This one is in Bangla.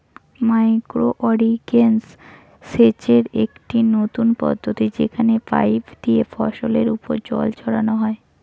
মাইক্রো ইর্রিগেশন সেচের একটি নতুন পদ্ধতি যেখানে পাইপ দিয়া ফসলের ওপর জল ছড়ানো হয়